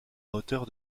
hauteur